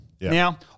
Now